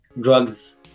drugs